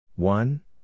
One